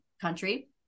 country